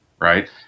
right